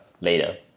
later